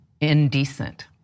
indecent